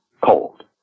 cold